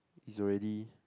is already